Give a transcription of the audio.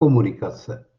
komunikace